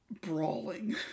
brawling